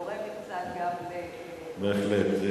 בהחלט.